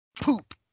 poop